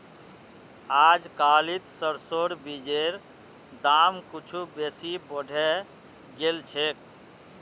अजकालित सरसोर बीजेर दाम कुछू बेसी बढ़े गेल छेक